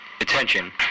Attention